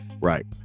Right